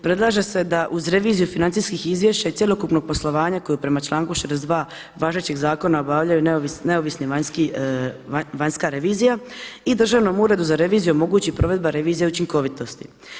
Predlaže se da uz reviziju financijskih izvješća i cjelokupnog poslovanja kojeg prema članku 62. važećeg zakona obavljaju neovisna vanjska revizija i državnom uredu za reviziju omogući provedba revizije učinkovitosti.